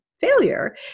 failure